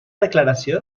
declaració